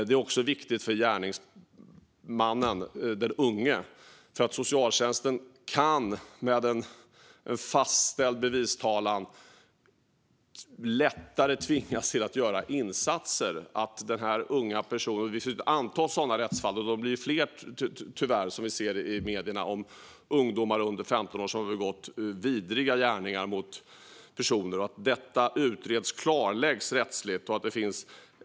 Det är också viktigt för den unge gärningsmannen, eftersom socialtjänsten med en fastställd bevistalan lättare kan tvingas till att göra insatser för denna unga person. Det finns ett antal sådana rättsfall, och de blir tyvärr fler. Vi kan tyvärr i medierna se och läsa om ungdomar under 15 år som har begått vidriga gärningar mot personer. Det är viktigt att detta klarläggs och utreds rättsligt.